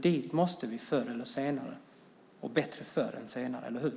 Dit måste vi förr eller senare, och bättre förr än senare - eller hur?